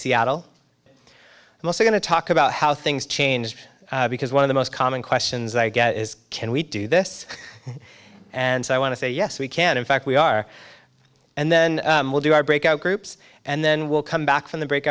seattle i'm also going to talk about how things change because one of the most common questions i get is can we do this and so i want to say yes we can in fact we are and then we'll do our breakout groups and then we'll come back from the break